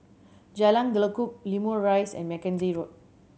Jalan Lekub Limau Rise and Mackenzie Road